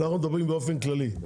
אנחנו מדברים באופן כללי,